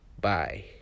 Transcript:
bye